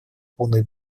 полную